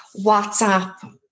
WhatsApp